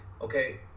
okay